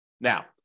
Now